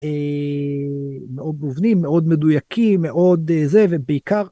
מאוד מובנים מאוד מדויקים מאוד זה ובעיקר.